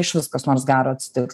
išvis kas nors gero atsitiks